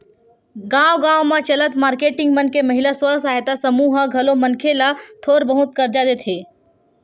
गाँव गाँव म चलत मारकेटिंग मन के महिला स्व सहायता समूह ह घलो मनखे मन ल थोर बहुत करजा देथे